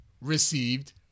received